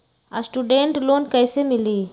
Student loan कैसे मिली?